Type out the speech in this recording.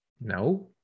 No